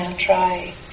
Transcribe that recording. try